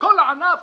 לכל הענף,